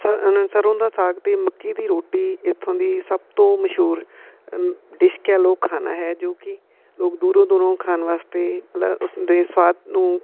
ਸ ਨੂੰ ਸਰ੍ਹੋਂ ਦਾ ਸਾਗ ਅਤੇ ਮੱਕੀ ਦੀ ਰੋਟੀ ਇੱਥੋਂ ਦੀ ਸਭ ਤੋਂ ਮਸ਼ਹੂਰ ਡਿਸ਼ ਕਹਿ ਲਓ ਖਾਣਾ ਹੈ ਜੋ ਕਿ ਲੋਕ ਦੂਰੋਂ ਦੂਰੋਂ ਖਾਣ ਵਾਸਤੇ ਮਤਲਬ ਉਸਦੇ ਸਵਾਦ ਨੂੰ